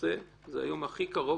נושא וזה היה היום הכי קרוב